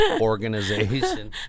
Organization